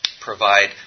provide